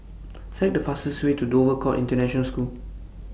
Select The fastest Way to Dover Court International School